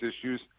issues